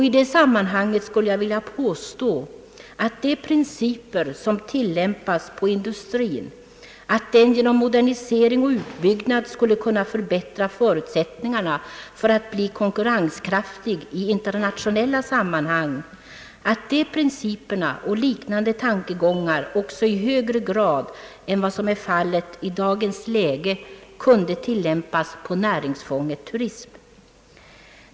I det sammanhanget skulle jag vilja påstå att de principer som tillämpas i fråga om industrien — att den genom modernisering och utbyggnad skulle kunna öka förutsättningarna för att bli konkurrenskraftig i internationella sammanhang — att liknande tankegångar också i högre grad än vad som är fallet i dagens läge kunde tillämpas på näringsfånget turism.